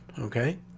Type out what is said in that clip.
okay